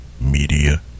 Media